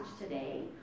today